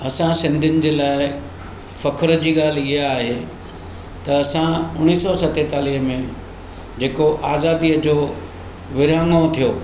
असां सिंधियुनि जे लाए फ़ख़्रु जी ॻाल्हि हा आहे त असां उणीह सौ सतेतालीह में जेको आज़ादीअ जो विरिहाङो थियो